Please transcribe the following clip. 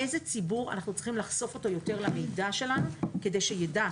ואיזה ציבור אנחנו צריכים לחשוף יותר למידע שלנו כדי שיידע